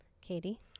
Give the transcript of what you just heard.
Katie